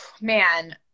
Man